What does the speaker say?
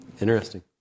Interesting